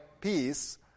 peace